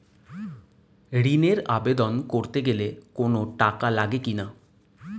ঋণের আবেদন করতে গেলে কোন টাকা লাগে কিনা?